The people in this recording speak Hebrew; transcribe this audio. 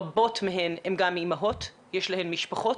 רבות מהן הן גם אימהות, יש להן משפחות